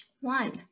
One